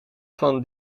van